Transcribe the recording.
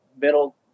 middle